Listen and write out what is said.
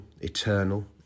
eternal